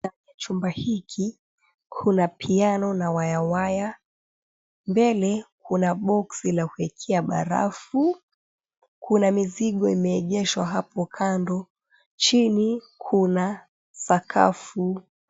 Chumba hiki, kuna piano na waya waya. Mbele kuna boksi la kuekea barafu. Kuna mizigo imeegeshwa hapo kando. Chini kuna sakafu.